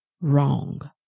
wrong